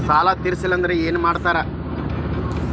ಸಾಲ ತೇರಿಸಲಿಲ್ಲ ಅಂದ್ರೆ ಏನು ಮಾಡ್ತಾರಾ?